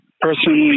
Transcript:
personally